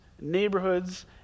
neighborhoods